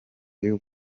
y’u